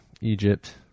Egypt